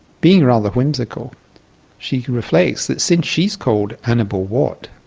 being rather whimsical she reflects that since she is called annabel watt,